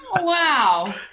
Wow